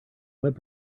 web